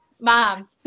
Mom